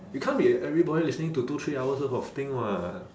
it can't be everybody listening to two three hours worth of thing [what]